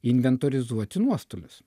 inventorizuoti nuostolius